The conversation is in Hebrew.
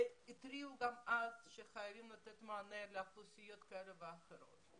גם אז התריעו שחייבים לתת מענה לאוכלוסיות כאלה ואחרות.